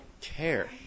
care